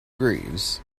greaves